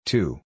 Two